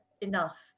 enough